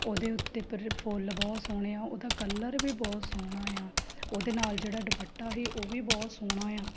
ਉਹਦੇ ਉੱਤੇ ਪਰ ਫੁੱਲ ਬਹੁਤ ਸੋਹਣੇ ਆ ਉਹਦਾ ਕਲਰ ਵੀ ਬਹੁਤ ਸੋਹਣਾ ਆ ਉਹਦੇ ਨਾਲ ਜਿਹੜਾ ਦੁਪੱਟਾ ਸੀ ਉਹ ਵੀ ਬਹੁਤ ਸੋਹਣਾ ਆ